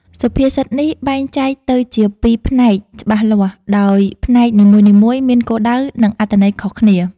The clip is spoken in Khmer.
សុភាសិតនេះបែងចែកទៅជាពីរផ្នែកច្បាស់លាស់ ដោយផ្នែកនីមួយៗមានគោលដៅ និងអត្ថន័យខុសគ្នា។